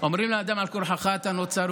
אומרים לאדם על כורחך אתה נוצר,